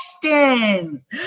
questions